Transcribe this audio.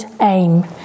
aim